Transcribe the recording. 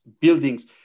buildings